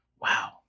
wow